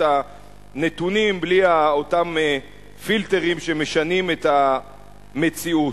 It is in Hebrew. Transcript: הנתונים בלי אותם פילטרים שמשנים את המציאות.